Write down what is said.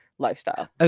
Lifestyle